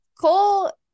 Cole